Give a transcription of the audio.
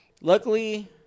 luckily